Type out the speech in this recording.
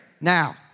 now